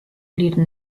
lead